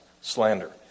slander